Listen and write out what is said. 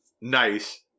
nice